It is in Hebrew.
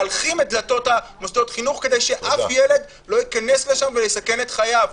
להלחים את דלתות מוסדות החינוך כדי שאף ילד לא ייכנס לשם ויסכן את חייו.